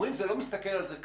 אומרים, זה לא מסתכל על זה כך.